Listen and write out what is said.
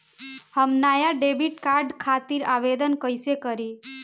हम नया debit card खातिर आवेदन कईसे करी?